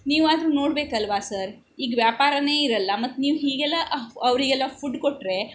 ನೀವು ಆದ್ರು ನೋಡಬೇಕಲ್ವ ಸರ್ ಈಗ ವ್ಯಾಪಾರನೇ ಇರಲ್ಲ ಮತ್ತೆ ನೀವು ಹೀಗೆಲ್ಲ ಅವರಿಗೆಲ್ಲ ಫುಡ್ ಕೊಟ್ಟರೆ